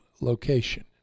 location